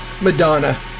Madonna